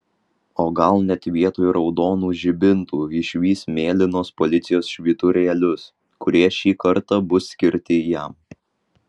o gal net vietoj raudonų žibintų išvys mėlynus policijos švyturėlius kurie šį kartą bus skirti jam